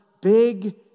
big